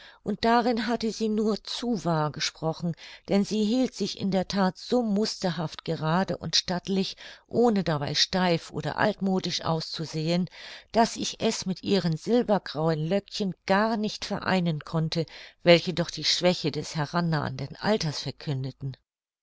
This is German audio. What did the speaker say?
und darin hatte sie nur zu wahr gesprochen denn sie hielt sich in der that so musterhaft gerade und stattlich ohne dabei steif oder altmodisch auszusehen daß ich es mit ihren silbergrauen löckchen gar nicht vereinen konnte welche doch die schwäche des herannahenden alters verkündeten